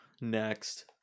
next